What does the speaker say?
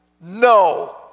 no